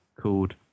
called